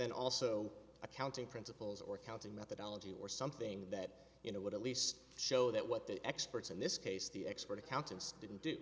then also accounting principles or counting methodology or something that you know what at least show that what the experts in this case the expert accountants didn't do